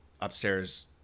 Upstairs